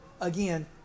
again